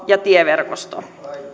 ja tieverkostoa